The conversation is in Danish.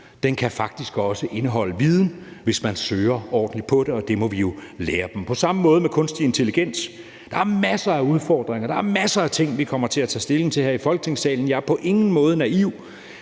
Den kan faktisk også indeholde viden, hvis man søger ordentligt på det, og det må vi jo lære dem. På samme måde er det med kunstig intelligens. Der er masser af udfordringer, der er masser af ting, vi kommer til at tage stilling til her i Folketingssalen. Jeg er på ingen måde naiv,